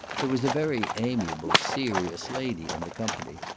there was a very amiable serious lady in the company,